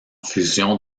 fusion